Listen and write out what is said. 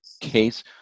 case